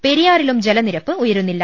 പെരിയാറിലും ജലനി രപ്പ് ഉയരുന്നില്ല